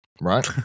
right